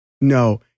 No